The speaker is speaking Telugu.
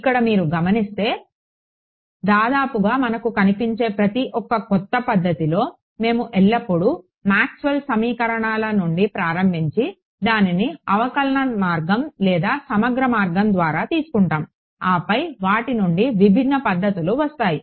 ఇక్కడ మీరు గమనిస్తే దాదాపుగా మనకు కనిపించే ప్రతి ఒక్క కొత్త పద్ధతిలో మేము ఎల్లప్పుడూ మాక్స్వెల్ సమీకరణాల నుండి ప్రారంభించి దానిని అవకలన మార్గం లేదా సమగ్ర మార్గం ద్వారా తీసుకుంటాము ఆపై వాటి నుండి విభిన్న పద్ధతులు వస్తాయి